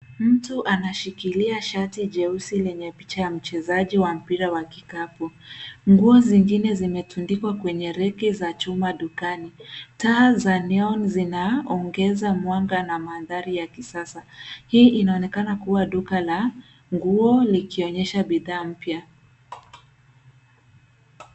Mtu anashikilia shati jeusi lenye picha ya mchezaji wa mpira wa kikapu. Nguo zingine zimetundikwa kwenye reke za chuma dukani. Taa za neon zinaongeza mwanga na mandhari ya kisasa. Hii inaonekana kuwa duka la nguo likionyesha bidhaa mpya.